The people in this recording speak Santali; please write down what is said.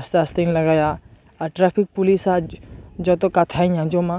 ᱟᱥᱛᱮ ᱟᱥᱛᱮᱧ ᱞᱟᱜᱟᱭᱟ ᱟᱨ ᱴᱨᱟᱯᱷᱤᱠ ᱯᱩᱞᱤᱥ ᱟᱜ ᱡᱚᱛᱚ ᱠᱟᱛᱷᱟᱧ ᱟᱸᱡᱚᱢᱟ